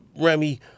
Remy